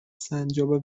سنجابه